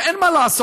ואין מה לעשות.